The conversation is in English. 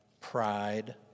pride